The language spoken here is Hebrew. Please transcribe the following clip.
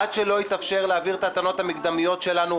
עד שלא יתאפשר להבהיר את הטענות המקדמיות שלנו,